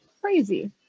Crazy